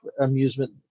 amusement